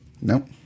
Nope